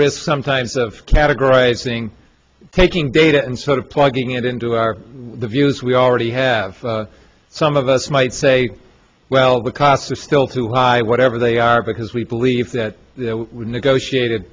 risk sometimes of categorizing taking data and sort of plugging it into our views we already have some of us might say well the costs are still too high whatever they are because we believe that negotiated